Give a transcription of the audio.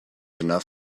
enough